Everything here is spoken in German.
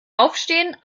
aufstehen